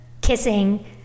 kissing